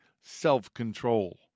self-control